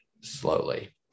slowly